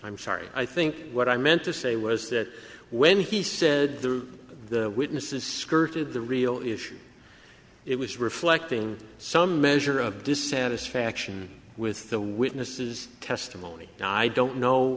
i'm sorry i think what i meant to say was that when he said the witnesses skirted the real issue it was reflecting some measure of dissatisfaction with the witness's testimony and i don't know